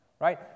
Right